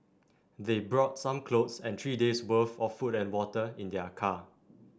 they brought some clothes and three days' worth of food and water in their car